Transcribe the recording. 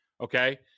Okay